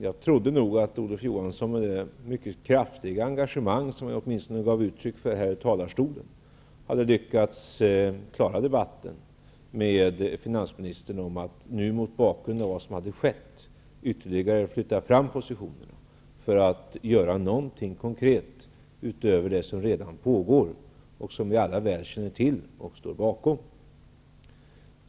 Jag trodde nog att Olof Johansson, med det mycket kraftiga engagemang han gav uttryck för åtminstone här i talarstolen, hade lyckats klara debatten med finansministern om att nu, mot bakgrund av vad som skett, ytterligare flytta fram positionerna för att göra någonting konkret utöver det som redan pågår och som alla väl känner till och står bakom.